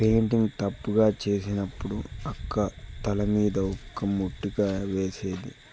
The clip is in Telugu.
పెయింటింగ్ తప్పుగా చేసినప్పుడు అక్క తలమీద ఒక మొట్టికాయ వేసేది